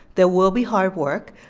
there will be hard work,